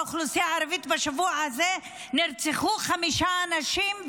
באוכלוסייה הערבית בשבוע הזה נרצחו חמישה אנשים,